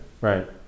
right